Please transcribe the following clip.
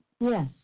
Yes